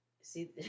see